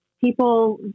People